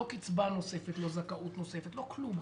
לא קיצבה נוספת, לא זכאות נוספת, לא כלום.